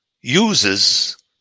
uses